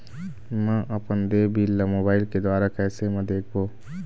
म अपन देय बिल ला मोबाइल के द्वारा कैसे म देखबो?